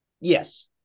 Yes